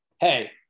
Hey